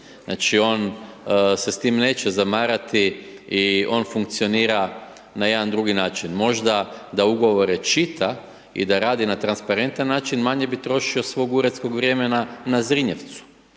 znači, on se s tim neće zamarati i on funkcionira na jedan drugi način, možda da ugovore čita i da radi na transparentan način, manje bi trošio svog uredskog vremena na Zrinjevcu.